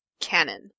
canon